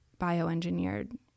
bioengineered